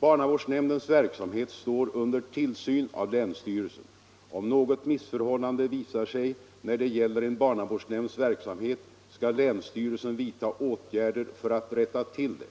Barnavårdsnämndens verksamhet står under tillsyn av länsstyrelsen. Om något missförhållande visar sig när det gäller en barnavårdsnämnds verksamhet skall länsstyrelsen vidta åtgärder för att rätta till det.